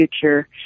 future